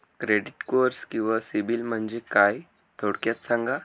Credit score किंवा CIBIL म्हणजे काय? थोडक्यात सांगा